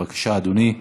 בבקשה, אדוני.